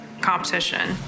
competition